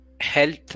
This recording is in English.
health